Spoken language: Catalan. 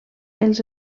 els